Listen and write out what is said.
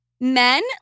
Men